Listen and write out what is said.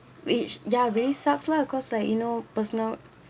which ya really sucks lah cause like you know personal